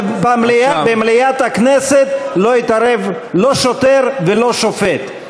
במליאת הכנסת לא יתערב לא שוטר ולא שופט.